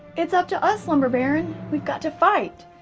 it's up to us lumber baron, we've got to fight.